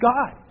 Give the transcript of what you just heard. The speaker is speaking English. God